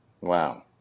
Wow